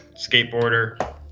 skateboarder